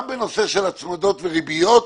וגם בנושא של הצמדות וריביות.